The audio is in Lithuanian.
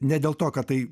ne dėl to kad tai